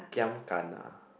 giam gana